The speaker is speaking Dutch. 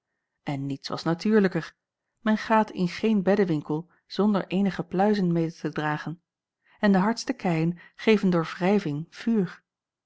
en niets was natuurlijker men gaat in geen beddewinkel zonder eenige pluizen mede te dragen en de hardste keien geven door wrijving vuur